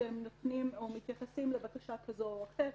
כשהם נותנים או מתייחסים לבקשה כזאת או אחרת.